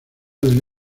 del